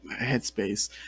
headspace